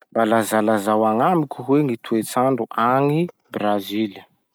Mba lazalazao agnamiko hoe gny toetsandro agny Brazily?